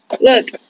Look